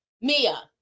Mia